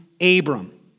Abram